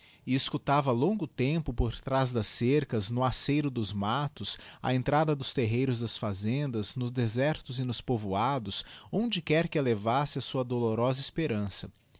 e escutava longo tempo por traz das cercas no aceiro dos mattos á entrada dos terreiros das fazendas nos desertos e nos povoados onde quer que a levasse a sua dolorosa esperança